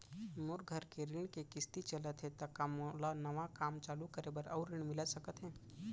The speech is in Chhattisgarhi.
मोर घर के ऋण के किसती चलत हे ता का मोला नवा काम चालू करे बर अऊ ऋण मिलिस सकत हे?